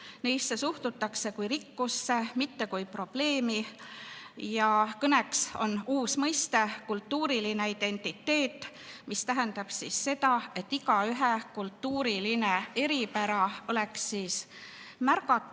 Neisse suhtutakse kui rikkusse, mitte kui probleemi. Ja kõneks on uus mõiste "kultuuriline identiteet", mis tähendab seda, et igaühe kultuuriline eripära oleks märgatud